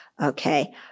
Okay